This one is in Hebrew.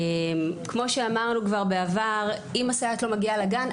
כמו שאמרנו כבר בעבר אם הסייעת לא מגיעה לגן,